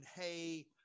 hey –